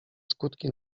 skutki